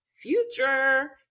future